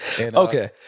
Okay